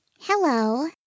Hello